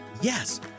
Yes